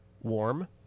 warm